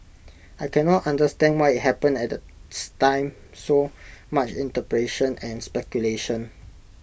I can not understand why IT happened at this time so much interpretation and speculation